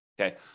okay